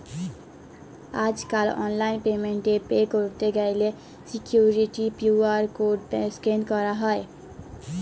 আজ কাল online payment এ পে ক্যরত গ্যালে সিকুইরিটি কিউ.আর কড স্ক্যান ক্যরা হ্য়